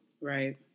Right